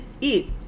eat